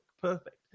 perfect